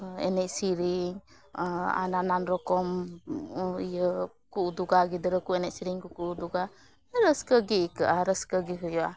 ᱮᱱᱮᱡ ᱥᱮᱨᱮᱧ ᱱᱟᱱᱟᱱ ᱨᱚᱠᱚᱢ ᱤᱭᱟᱹᱠᱩ ᱩᱫᱩᱜᱼᱟ ᱜᱤᱫᱽᱨᱟᱹᱠᱩ ᱮᱱᱮᱡ ᱥᱮᱨᱮᱧᱠᱩ ᱠᱩ ᱩᱫᱩᱜᱼᱟ ᱨᱟᱹᱥᱠᱟᱹᱜᱮ ᱟᱹᱭᱠᱟᱹᱜᱼᱟ ᱨᱟᱹᱥᱠᱟᱹᱜᱮ ᱦᱩᱭᱩᱜᱼᱟ